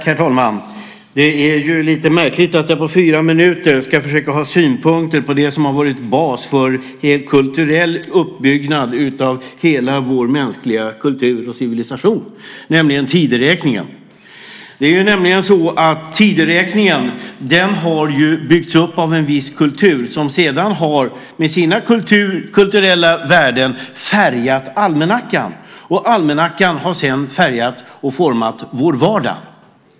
Herr talman! Det är lite märkligt att tänka sig att jag i ett anförande om högst fyra minuter ska kunna ha synpunkter på det som har varit en bas i uppbyggnaden av hela vår mänskliga kultur och civilisation, nämligen tideräkningen. Tideräkningen har ju byggts upp av en viss kultur, och den kulturens värden har färgat almanackan. Almanackan har sedan format vår vardag.